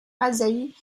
asahi